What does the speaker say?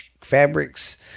fabrics